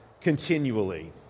continually